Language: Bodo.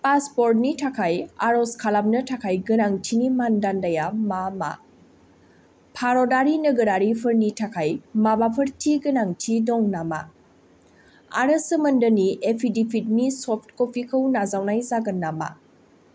पासपर्टनि थाखाय आर'ज खालामनो थाखाय गोनांथिनि मानदान्दाया मा मा भारतारि नोगोरारिफोरनि थाखाय माबाफोर थि गोनांथि दं नामा आरो सोमोन्दोनि एपिदिपिड नि सफ्ट कफि खौ नाजावनाय जागोन नामा